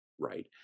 right